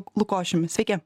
lukošiumi sveiki